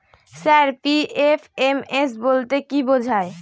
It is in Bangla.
স্যার পি.এফ.এম.এস বলতে কি বোঝায়?